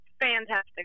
fantastic